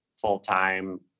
full-time